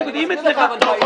להיפך.